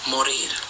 Morir